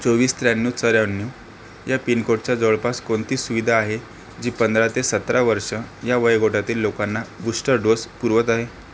चोवीस त्र्याण्णव चौऱ्याण्णव या पिनकोडच्या जवळपास कोणती सुविधा आहे जी पंधरा ते सतरा वर्षं या वयोगटातील लोकांना बूस्टर डोस पुरवत आहे